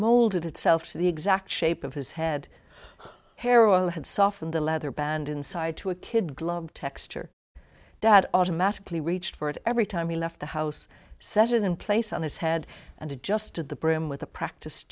molded itself to the exact shape of his head hair oil had softened the leather band inside to a kid glove texture dad automatically reached for it every time he left the house set it in place on his head and adjusted the brim with a practice